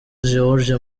george